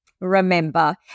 Remember